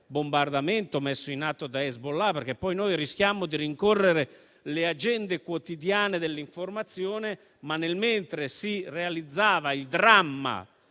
bombardamento messo in atto da Hezbollah. Noi rischiamo di rincorrere le agende quotidiane dell'informazione, ma nel mentre si realizzava il dramma